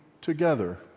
together